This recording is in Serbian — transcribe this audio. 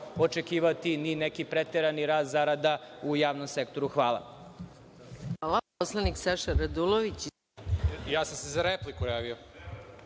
očekivati ni neki preterani rast zarada u javnom sektoru. Hvala. **Maja